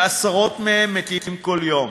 שעשרות מהם מתים בכל יום.